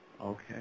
Okay